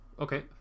Okay